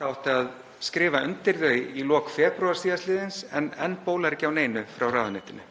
Það átti að skrifa undir þau í lok febrúar sl. en enn bólar ekki á neinu frá ráðuneytinu.